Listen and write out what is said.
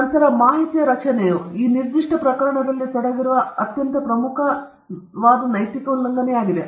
ನಂತರ ಮಾಹಿತಿಯ ರಚನೆಯು ಈ ನಿರ್ದಿಷ್ಟ ಪ್ರಕರಣದಲ್ಲಿ ತೊಡಗಿರುವ ಅತ್ಯಂತ ಪ್ರಮುಖವಾದ ನೈತಿಕ ಉಲ್ಲಂಘನೆಯಾಗಿದೆ